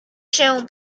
się